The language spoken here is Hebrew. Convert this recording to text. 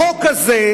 החוק הזה,